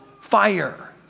fire